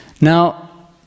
Now